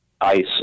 ICE